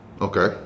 Okay